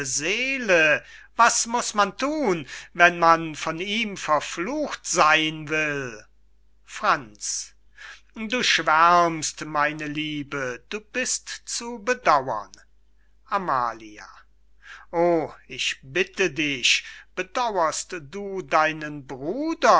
seele was muß man thun wenn man von ihm verflucht seyn will franz du schwärmst meine liebe du bist zu bedauren amalia o ich bitte dich bedauerst du deinen bruder